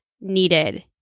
needed